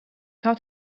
had